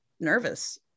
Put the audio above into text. nervous